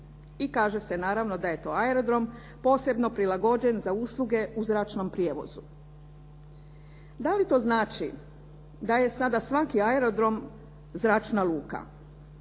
i kaže se naravno da je to aerodrom posebno prilagođen za usluge u zračnom prijevozu. Da li to znači da je sada svaki aerodrom zračna luka?